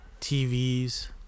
TVs